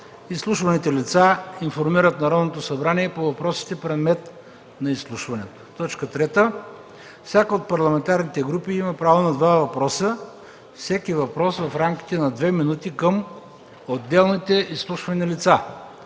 Изслушваните лица информират Народното събрание по въпросите – предмет на изслушването. 3. Всяка от парламентарните групи има право на два въпроса, всеки въпрос в рамките на две минути към отделните изслушвани лица.